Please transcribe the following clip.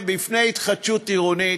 בפני התחדשות עירונית,